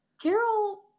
Carol